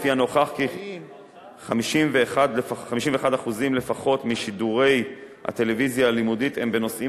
שלפיה נוכח כי 51% לפחות משידורי הטלוויזיה הלימודית הם בנושאים